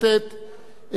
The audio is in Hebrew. העניינית.